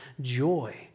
joy